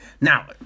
Now